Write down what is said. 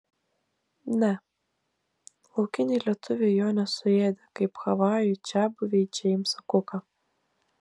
ne laukiniai lietuviai jo nesuėdė kaip havajų čiabuviai džeimsą kuką